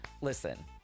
listen